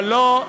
אבל לא,